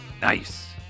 Nice